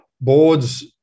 Boards